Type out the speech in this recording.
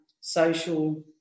social